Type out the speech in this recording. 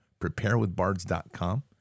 preparewithbards.com